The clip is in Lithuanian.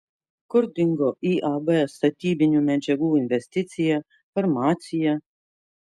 kur dingo iab statybinių medžiagų investicija farmacija